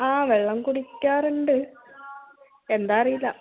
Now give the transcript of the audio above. ആ വെള്ളം കുടിക്കാറുണ്ട് എന്താണ് അറിയില്ല